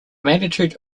magnitude